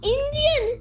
Indian